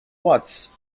watts